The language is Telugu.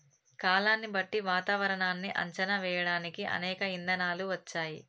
కాలాన్ని బట్టి వాతావరనాన్ని అంచనా వేయడానికి అనేక ఇధానాలు వచ్చాయి